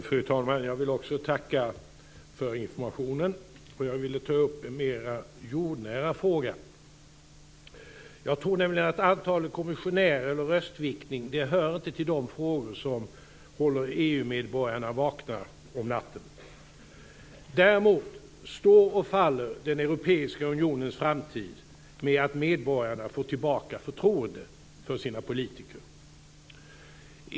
Fru talman! Jag vill också tacka för informationen. Jag ville ta upp en mera jordnära fråga. Jag tror nämligen att antalet kommissionärer eller röstviktning inte hör till de frågor som håller EU medborgarna vakna om natten. Däremot står och faller den europeiska unionens framtid med att medborgarna får tillbaka förtroendet för sina politiker.